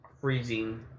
freezing